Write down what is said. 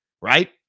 right